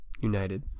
united